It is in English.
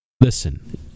listen